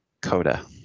CODA